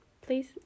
please